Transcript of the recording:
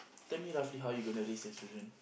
tell me roughly how you gonna raise your children